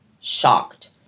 shocked